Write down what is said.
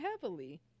heavily